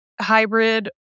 hybrid